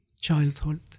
childhood